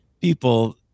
people